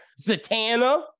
Zatanna